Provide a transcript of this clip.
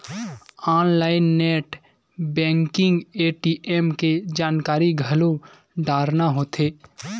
online net banking ATM के जानकारी घलो डारना होथे